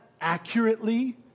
accurately